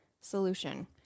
solution